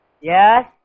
Yes